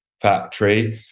factory